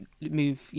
move